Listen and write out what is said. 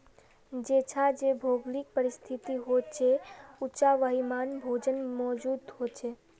जेछां जे भौगोलिक परिस्तिथि होछे उछां वहिमन भोजन मौजूद होचे